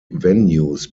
venues